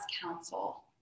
counsel